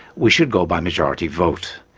we should go by majority vote,